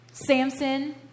Samson